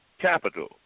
Capital